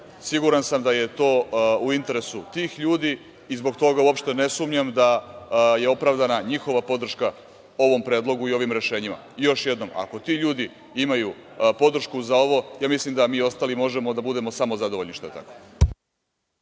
sam da je to u interesu tih ljudi i zbog toga uopšte ne sumnjam da je opravdana njihova podrška ovom predlogu i ovim rešenjima. Još jednom, ako ti ljudi imaju podršku za ovu, mislim da mi ostali možemo da budemo samo zadovoljni što je tako.